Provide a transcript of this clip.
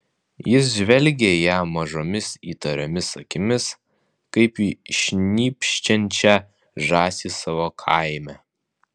jis žvelgė į ją mažomis įtariomis akimis kaip į šnypščiančią žąsį savo kieme